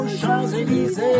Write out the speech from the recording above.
Champs-Élysées